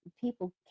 people